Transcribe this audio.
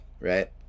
right